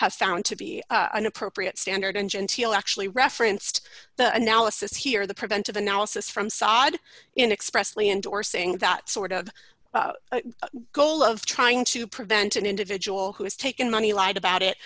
have found to be an appropriate standard ungenteel actually referenced the analysis here the preventive analysis from sod in expressly endorsing that sort of goal of trying to prevent an individual who has taken money lied about it